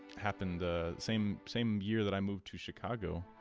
happened the same same year that i moved to chicago